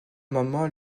moment